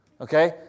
Okay